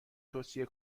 توصیه